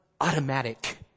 automatic